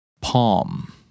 Palm